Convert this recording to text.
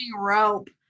rope